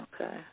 Okay